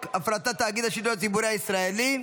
הפרטת תאגיד השידור הציבורי הישראלי,